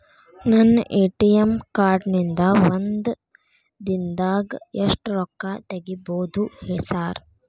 ನನ್ನ ATM card ನಿಂದಾ ಒಂದ್ ದಿಂದಾಗ ಎಷ್ಟ ರೊಕ್ಕಾ ತೆಗಿಬೋದು ಸಾರ್?